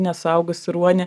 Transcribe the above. nesuaugusį ruonį